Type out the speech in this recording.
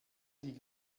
die